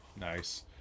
nice